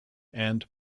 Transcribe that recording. and